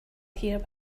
here